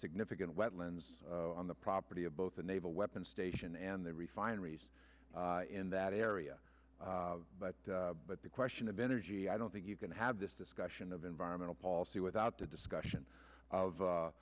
significant wetlands on the property of both the naval weapons station and the refineries in that area but the question of energy i don't think you can have this discussion of environmental policy without the discussion of